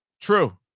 True